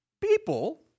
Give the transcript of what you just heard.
people